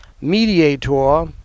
mediator